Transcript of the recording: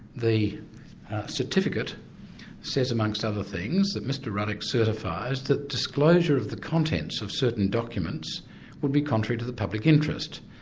the certificate says, amongst other things, that mr ruddock certifies that disclosure of the contents of certain documents would be contrary to the public interest,